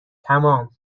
تمام